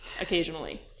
Occasionally